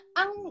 ang